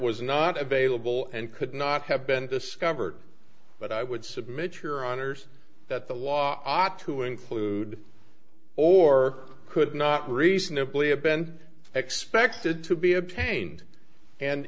was not available and could not have been discovered but i would submit your honour's that the law ought to include or could not reasonably abend expected to be obtained and